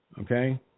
Okay